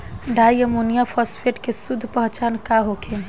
Di ammonium phosphate के शुद्ध पहचान का होखे?